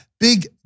Big